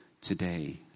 today